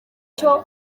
cyo